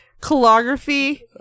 Calligraphy